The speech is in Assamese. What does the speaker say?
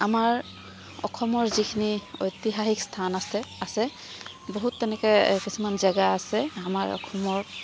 আমাৰ অসমৰ যিখিনি ঐতিহাসিক স্থান আছে বহুত তেনেকৈ কিছুমান জেগা আছে আমাৰ অসমৰ